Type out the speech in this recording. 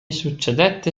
succedette